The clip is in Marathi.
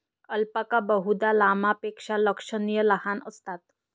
अल्पाका बहुधा लामापेक्षा लक्षणीय लहान असतात